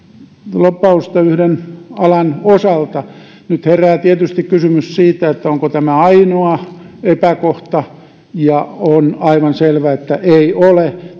lobbausta yhden alan osalta nyt herää tietysti kysymys siitä onko tämä ainoa epäkohta ja on aivan selvää että ei ole